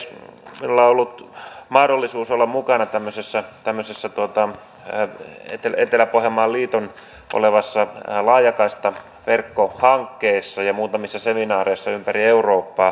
minulla on ollut mahdollisuus olla mukana tämmöisessä etelä pohjanmaan liitolla olevassa laajakaistaverkkohankkeessa ja myöskin muutamissa seminaareissa ympäri eurooppaa